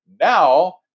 now